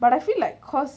but I feel like cause